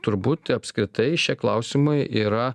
turbūt apskritai šie klausimai yra